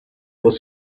was